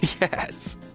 Yes